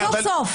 סוף-סוף.